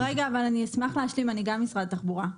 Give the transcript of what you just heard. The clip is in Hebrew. רגע, אני אשמח להשלים, אני גם ממשרד התחבורה.